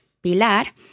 Pilar